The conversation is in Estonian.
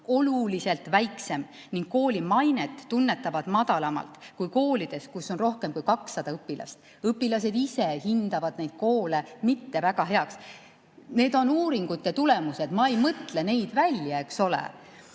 oluliselt väiksem ning kooli mainet tunnetatakse madalamalt kui koolides, kus on rohkem kui 200 õpilast. Õpilased ise hindavad neid koole mitte väga heaks. Need on uuringute tulemused, ma ei mõtle neid välja, eks ole.